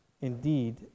indeed